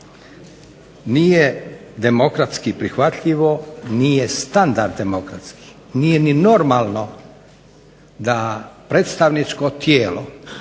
Nije demokratski prihvatljivo, nije standard demokratski, nije ni normalno da predstavničko tijelo,